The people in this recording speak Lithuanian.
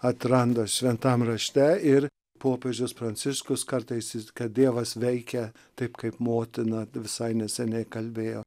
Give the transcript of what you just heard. atranda šventam rašte ir popiežius pranciškus kartais jis kad dievas veikia taip kaip motina visai neseniai kalbėjo